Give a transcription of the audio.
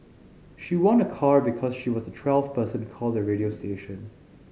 she won a car because she was the twelfth person to call the radio station